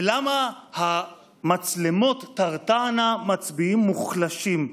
ולמה "המצלמות תרתענה מצביעים מוחלשים"?